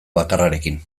bakarrarekin